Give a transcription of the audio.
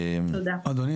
אדוני,